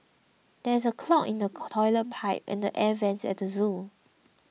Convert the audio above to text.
there is a clog in the Toilet Pipe and Air Vents at zoo